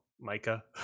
Micah